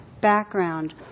background